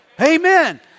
Amen